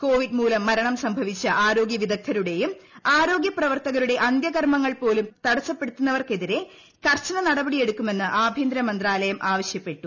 Covid മൂലം മരണം സംഭവിച്ച ആരോഗൃവിദഗ് ധരുടെയും ആരോഗ്യ പ്രവർത്തകരുടെ അന്ത്യകർമ്മങ്ങൾ പോലും തടസ്റ്റപ്പെടുത്തുന്നവർക്കെതിരെ കർശന നടപടിയെടുക്കണമെന്ന് ആഭ്യന്തര മന്ത്രാലയം ആവശ്യപ്പെട്ടു